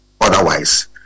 Otherwise